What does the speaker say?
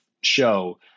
show